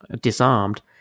disarmed